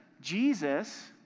Jesus